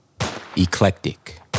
Eclectic